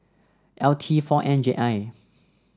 L T four N J I